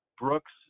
Brooks